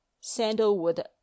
Sandalwood